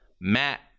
Matt